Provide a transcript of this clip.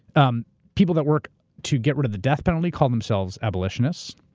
um people that work to get rid of the death penalty call themselves abolitionists.